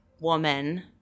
woman